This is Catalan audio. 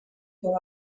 com